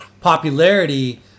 popularity